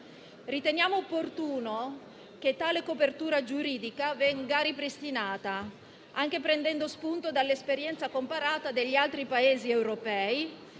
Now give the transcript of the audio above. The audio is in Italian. Riteniamo opportuno che tale copertura giuridica venga ripristinata, anche prendendo spunto dall'esperienza comparata degli altri Paesi europei